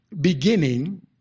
beginning